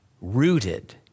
rooted